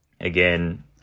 again